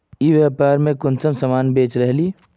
ई व्यापार में कुंसम सामान बेच रहली?